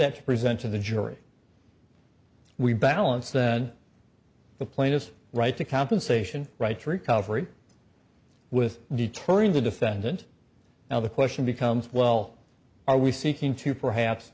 that to present to the jury we balance then the plainest right to compensation right recovery with deterring the defendant now the question becomes well are we seeking to perhaps